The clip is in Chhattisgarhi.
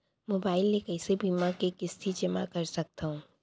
मोबाइल ले कइसे बीमा के किस्ती जेमा कर सकथव?